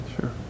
Sure